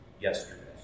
yesterday